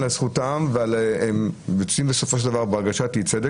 זכותם ויוצאים בסופו של דבר בהרגשת אי צדק,